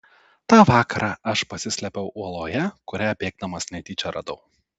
tą vakarą aš pasislėpiau uoloje kurią bėgdamas netyčia radau